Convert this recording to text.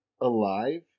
alive